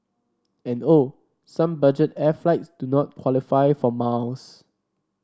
and oh some budget air flights do not qualify for miles